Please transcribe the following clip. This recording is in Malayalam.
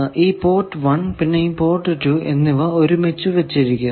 ഈ പോർട്ട് 1 പിന്നെ പോർട്ട് 2 എന്നിവ ഒരുമിച്ച് വച്ചിരിക്കുന്നു